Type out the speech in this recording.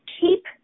keep